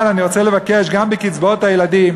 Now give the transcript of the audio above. אבל אני רוצה לבקש, גם בקצבאות הילדים.